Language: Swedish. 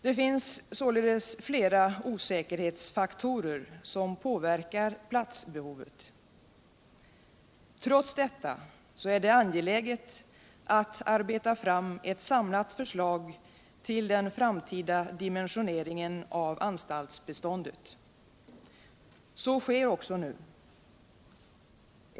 Det finns således flera osäkerhetsfaktorer som påverkar platsbehovet. Trots detta är det angeläget att arbeta fram ett samlat förslag till den framtida dimensioneringen av anstaltsbeståndet. Så sker också nu.